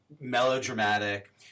melodramatic